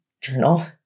journal